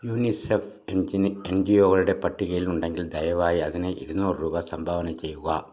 UNICEF എന്ജിനി എൻ ജി ഒകളുടെ പട്ടികയിൽ ഉണ്ടെങ്കിൽ ദയവായി അതിന് ഇരുന്നൂറ് രൂപ സംഭാവന ചെയ്യുക